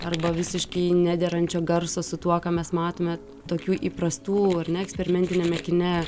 arba visiškai nederančio garso su tuo ką mes matome tokių įprastų ar ne eksperimentiniame kine